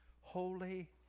Holy